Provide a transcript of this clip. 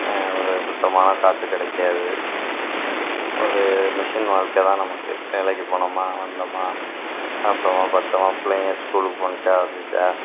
ஒரு சுத்தமான காற்று கிடைக்காது ஒரு மிஷின் வாழ்க்கை தான் நமக்கு வேலைக்கு போனோமா வந்தோமா சாப்பிட்டோமா படுத்தோமா பிள்ளைங்க ஸ்கூலுக்கு போணுச்சா வந்துச்சா